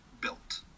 built